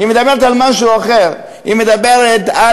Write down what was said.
היא מדברת על משהו אחר: היא מדברת על